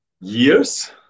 years